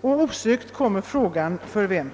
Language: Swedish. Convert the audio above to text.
Osökt uppkommer då frågan: För vem?